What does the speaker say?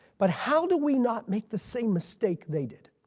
but how do we not make the same mistake they did?